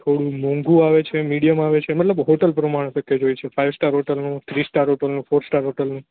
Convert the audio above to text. થોડું મોંઘું આવે છે મીડિયમ આવે છે મતલબ હોટલ પ્રમાણે પેકેજ હોય છે ફાઇવ સ્ટાર હોટલનું થ્રી સ્ટાર હોટલનું ફોર સ્ટાર હોટલ નું